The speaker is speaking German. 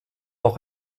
auch